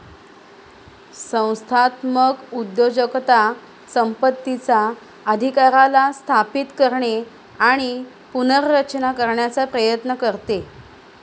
संस्थात्मक उद्योजकता संपत्तीचा अधिकाराला स्थापित करणे आणि पुनर्रचना करण्याचा प्रयत्न करते